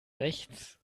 rechts